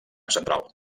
central